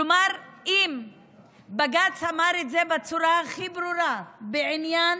כלומר, אם בג"ץ אמר את זה בצורה הכי ברורה, בעניין